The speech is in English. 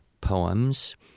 poems